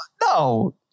no